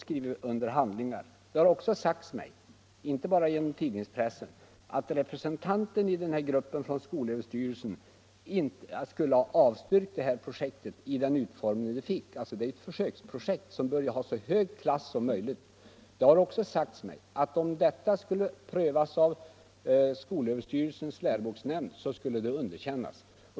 skrivit under förbindelser med sådant innehåll. Det har också sagts mig att SÖ:s representant i gruppen skulle ha avstyrkt projektet i den utformning det fick. Det är ju ett försöksprojekt, som bör ha så hög klass som möjligt. Vidare har jag erfarit, att om detta projekt skulle prövas av SÖ:s läroboksnämnd skulle det underkännas.